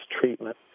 treatment